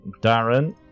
Darren